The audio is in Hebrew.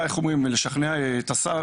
לשכנע את השר,